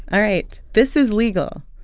all right. this is legal.